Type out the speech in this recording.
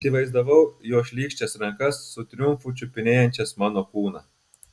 įsivaizdavau jo šlykščias rankas su triumfu čiupinėjančias mano kūną